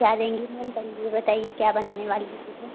क्या देंगी मैम पहले ये बताइए क्या बनाने वाली हैं मैडम